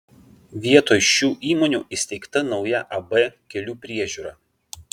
vietoj šių įmonių įsteigta nauja ab kelių priežiūra